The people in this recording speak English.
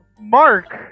Mark